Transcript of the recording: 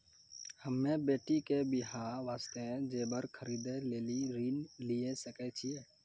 हम्मे बेटी के बियाह वास्ते जेबर खरीदे लेली ऋण लिये सकय छियै?